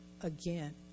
again